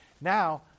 Now